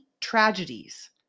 tragedies